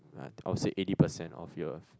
like I'll say eighty percent of your